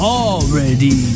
already